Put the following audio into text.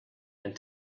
and